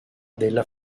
della